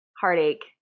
heartache